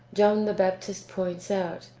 john the baptist points out,